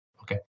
okay